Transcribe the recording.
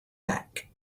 back